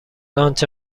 آنچه